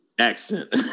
accent